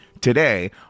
today